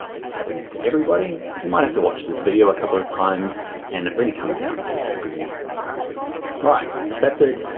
it happens to everybody you might have to watch this video a couple of times and it really comes down to experience and practice. all right that's it,